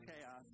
chaos